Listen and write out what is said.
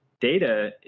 data